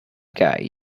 guy